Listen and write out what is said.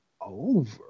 over